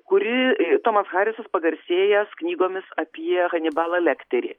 kuri tomas harisas pagarsėjęs knygomis apie hanibalą lekterį